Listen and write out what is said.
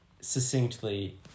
succinctly